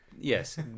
Yes